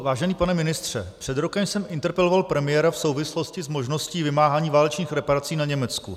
Vážený pane ministře, před rokem jsem interpeloval premiéra v souvislosti s možností vymáhání válečných reparací na Německu.